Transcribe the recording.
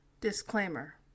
Disclaimer